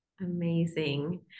Amazing